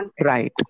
right